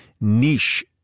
niche